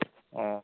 ᱚᱻ